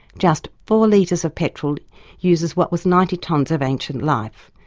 just four litres of petrol uses what was ninety tonnes of ancient life.